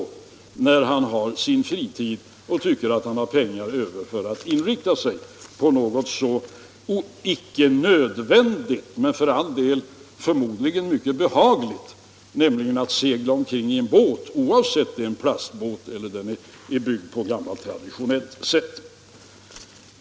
Tycker han att han har pengar över måste han få använda dem till något som han kan nyttja på sin fritid — något som icke är nödvändigt men för all del förmodligen mycket behagligt, nämligen att segla omkring i en båt, oavsett om det är en plastbåt eller en båt som är byggd på gammalt traditionellt sätt.